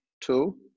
Two